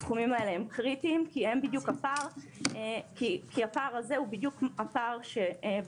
הסכומים האלה הם קריטיים כי הפער הזה הוא בדיוק הפער שבגינו